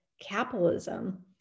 Capitalism